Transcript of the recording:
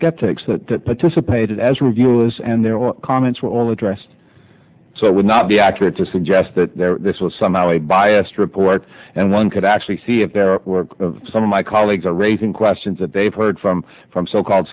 skeptics that participated as reviews and there were comments were all addressed so it would not be accurate to suggest that this was some highly biased report and one could actually see if there are some of my colleagues are raising questions that they've heard from from so called